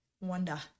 Wanda